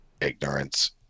ignorance